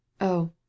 Oh